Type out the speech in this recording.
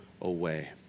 away